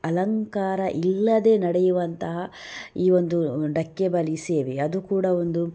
ಅಲಂಕಾರ ಇಲ್ಲದೆ ನಡೆಯುವಂತಹ ಈ ಒಂದು ಡಕ್ಕೆಬಲಿ ಸೇವೆ ಅದು ಕೂಡ ಒಂದು